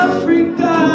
Africa